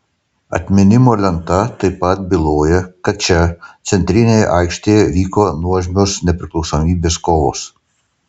atminimo lenta taip pat byloja kad čia centrinėje aikštėje vyko nuožmios nepriklausomybės kovos